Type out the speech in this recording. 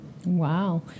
Wow